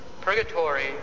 purgatory